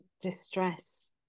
distress